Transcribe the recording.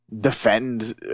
defend